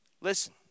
Listen